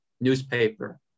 newspaper